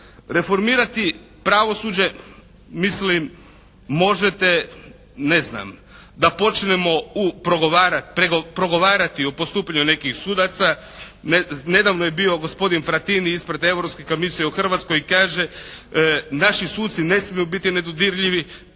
Reformirati pravosuđe mislim možete ne znam da počnemo progovarati o postupanju nekih sudaca. Nedavno je bio gospodin Fratin ispred Europske komisije u Hrvatskoj i kaže naši suci ne smiju biti nedodirljivi,